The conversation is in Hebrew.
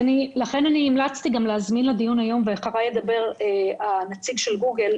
לכן המלצתי להזמין לדיון היום נציג של גוגל.